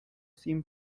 sin